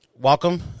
welcome